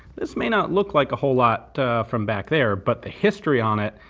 this may not look like a whole lot from back there, but the history on it,